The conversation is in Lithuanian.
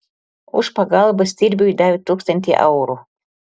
už pagalbą stirbiui davė tūkstantį eurų